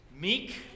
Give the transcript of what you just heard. Meek